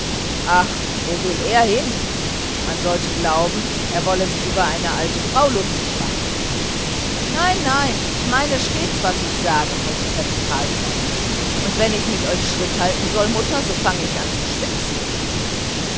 ach wo will er hin man sollte glauben er wolle sich über eine alte frau lustig machen nein ich meine stets was ich sage versicherte carlsson und wenn ich mit euch schritt halten soll mutter so fange ich an zu schwitzen